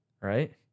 right